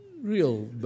real